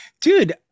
dude